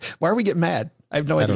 where are we get mad? i have no and